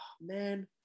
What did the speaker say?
man